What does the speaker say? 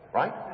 right